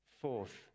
Fourth